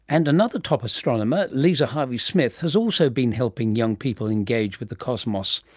and another top astronomer, lisa harvey-smith, has also been helping young people engage with the cosmos.